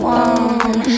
one